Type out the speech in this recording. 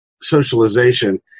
socialization